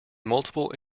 multiple